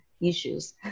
issues